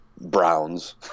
Browns